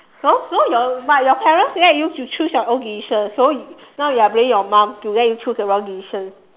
so so your but your parents let you to choose your own decisions so now you are blaming your mom to let you choose the wrong decisions